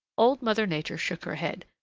old mother nature shook her head.